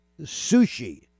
sushi